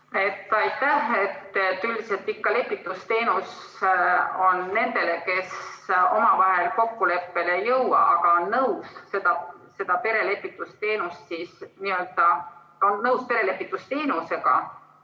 Aitäh! Üldiselt ikka lepitusteenus on nendele, kes omavahel kokkuleppele ei jõua, aga on nõus perelepitusteenusega.